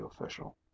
official